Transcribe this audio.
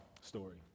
story